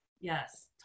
Yes